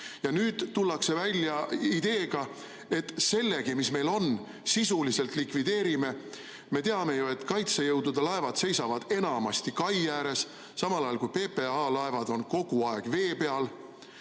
suuda. Nüüd tullakse välja ideega, et sellegi, mis meil on, sisuliselt likvideerime. Me teame ju, et kaitsejõudude laevad seisavad enamasti kai ääres, samal ajal kui PPA laevad on kogu aeg vee peal.